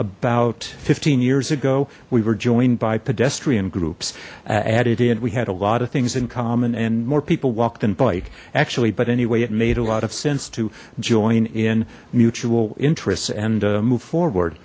about fifteen years ago we were joined by pedestrian groups added in we had a lot of things in common and more people walked and bike actually but anyway it made a lot of sense to join in mutual interests and move forward